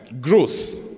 growth